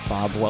Bob